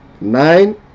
Nine